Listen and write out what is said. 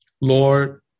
Lord